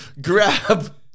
grab